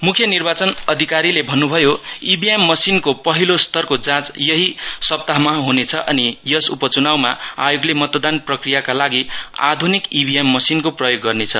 मुख्य निर्वाचन अधिकारीले भन्नुभयो ईभीएम मशिनको पहिलो स्तरको जाँच यहि सप्ताहमा हुनेछ अनि यस उपचुनाउमा आयोगले मतदान प्रक्रियाका लागि आधुनिक ईभीएम मशिनको प्रयोग गर्नेछ